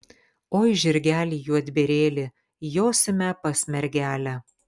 oi žirgeli juodbėrėli josime pas mergelę